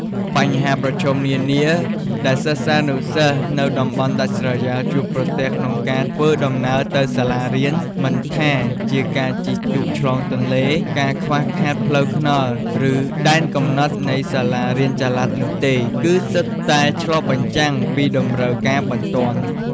បញ្ហាប្រឈមនានាដែលសិស្សានុសិស្សនៅតំបន់ដាច់ស្រយាលជួបប្រទះក្នុងការធ្វើដំណើរទៅសាលារៀន មិនថាជាការជិះទូកឆ្លងទន្លេ ការខ្វះខាតផ្លូវថ្នល់ ឬដែនកំណត់នៃសាលារៀនចល័តនោះទេ គឺសុទ្ធតែឆ្លុះបញ្ចាំងពីតម្រូវការបន្ទាន់។